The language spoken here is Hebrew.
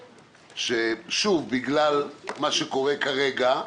בגלל מה שקורה כרגע,